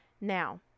now